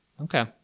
Okay